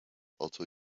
also